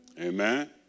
Amen